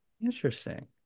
Interesting